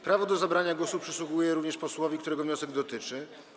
Prawo do zabrania głosu przysługuje również posłowi, którego wniosek dotyczy.